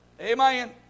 Amen